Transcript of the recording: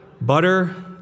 Butter